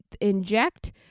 inject